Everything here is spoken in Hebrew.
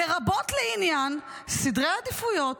לרבות לעניין סדרי העדיפויות,